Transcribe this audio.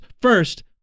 First